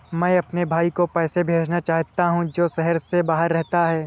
मैं अपने भाई को पैसे भेजना चाहता हूँ जो शहर से बाहर रहता है